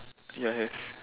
ya have